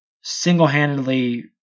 single-handedly